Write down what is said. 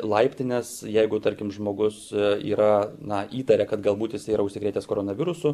laiptinės jeigu tarkim žmogus yra na įtaria kad galbūt jisai yra užsikrėtęs koronavirusu